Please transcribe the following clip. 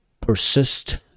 persist